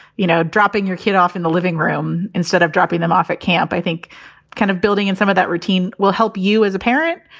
you know, dropping your kid off in the living room instead of dropping them off at camp, i think kind of building. and some of that routine will help you as a parent.